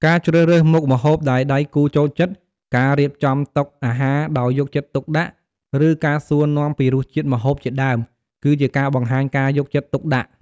ការជ្រើសរើសមុខម្ហូបដែលដៃគូចូលចិត្ត ការរៀបចំតុអាហារដោយយកចិត្តទុកដាក់ ឬការសួរនាំពីរសជាតិម្ហូបជាដើម គឺជាការបង្ហាញការយកចិត្តទុកដាក់។